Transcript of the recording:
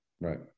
Right